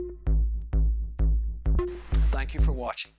i thank you for watching